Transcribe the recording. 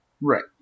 Right